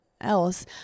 else